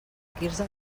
quirze